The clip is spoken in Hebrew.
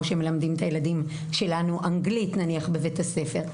שמלמדים את הילדים שלנו אנגלית בבית הספר,